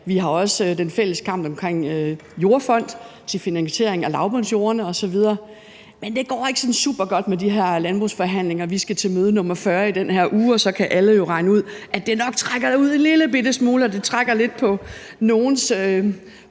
vi har også den fælles kamp omkring en jordfond til finansiering af lavbundsjorderne osv. Men det går ikke sådan supergodt med de her landbrugsforhandlinger; vi skal til møde nr. 40 i den her uge, og så kan alle jo regne ud, at det nok trækker en lillebitte smule ud, og det trækker lidt på nogens